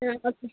okay